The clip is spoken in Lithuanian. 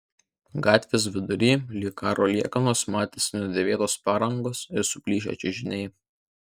gatvės vidury lyg karo liekanos mėtėsi nudėvėtos padangos ir suplyšę čiužiniai